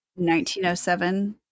1907